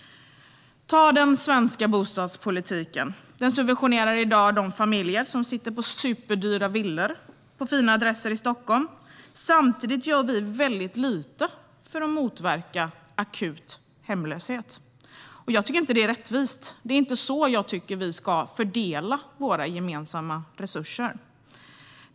Ta den svenska bostadspolitiken. Den subventionerar i dag de familjer som sitter på superdyra villor på fina adresser i Stockholm. Samtidigt gör vi väldigt lite för att motverka akut hemlöshet. Jag tycker inte att det är rättvist. Det är inte så jag tycker att vi ska fördela våra gemensamma resurser.